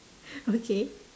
okay